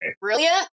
brilliant